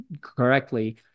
correctly